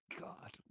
god